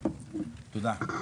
תודה.